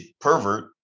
pervert